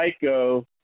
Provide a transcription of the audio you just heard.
psycho